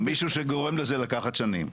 מישהו שגורם לזה לקחת שנים.